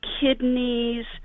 kidneys